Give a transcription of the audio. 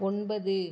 ஒன்பது